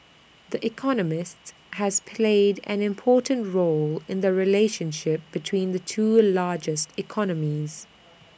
the economist has played an important role in the relationship between the two largest economies